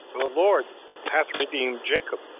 the lord hath redeemed jacob,